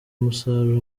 umusaruro